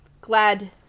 glad